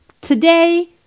Today